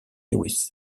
lewis